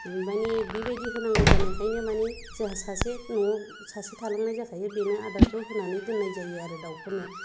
माने बेबायदि होनांगौ जानायखायनो माने जोंहा सासे न'आव सासे थालांनाय जाखायो बेनो आदारखौ होना दोननाय जायो आरो दाउफोरनो